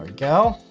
and go.